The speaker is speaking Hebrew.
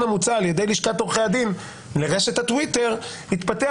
המוצע על ידי לשכת עורכי הדין לרשת הטוויטר התפתח